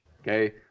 okay